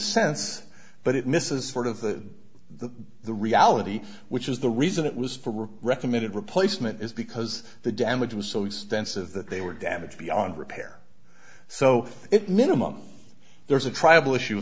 sense but it misses sort of the the reality which is the reason it was for recommended replacement is because the damage was so extensive that they were damaged beyond repair so it minimum there's a tribal issue